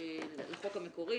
לחוק המקורי,